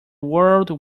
world